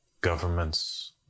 governments